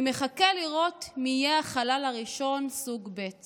אני מחכה לראות מי יהיה החלל הראשון סוג ב'.